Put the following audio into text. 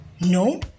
No